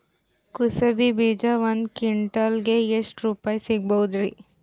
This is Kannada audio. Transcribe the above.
ಕುಸಬಿ ಬೀಜ ಒಂದ್ ಕ್ವಿಂಟಾಲ್ ಗೆ ಎಷ್ಟುರುಪಾಯಿ ಸಿಗಬಹುದುರೀ?